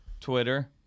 Twitter